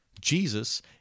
Jesus